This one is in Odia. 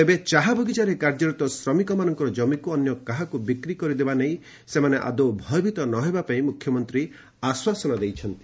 ତେବେ ଚାହା ବଗିଚାରେ କାର୍ଯ୍ୟରତ ଶ୍ରମିକମାନଙ୍କର ଜମିକୁ ଅନ୍ୟ କାହାକୁ ବିକ୍ରି କରିଦେବା ନେଇ ସେମାନେ ଆଦୌ ଭୟଭୀତ ନ ହେବା ପାଇଁ ମୁଖ୍ୟମନ୍ତ୍ରୀ ସେମାନଙ୍କୁ ଆଶ୍ୱାସନା ଦେଇଛନ୍ତି